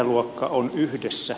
ikäluokka on yhdessä